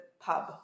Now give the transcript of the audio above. pub